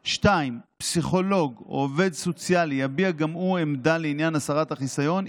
2. פסיכולוג או עובד סוציאלי יביע גם הוא עמדה לעניין הסרת החיסיון,